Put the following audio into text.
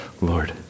Lord